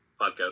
podcast